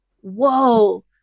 whoa